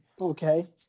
Okay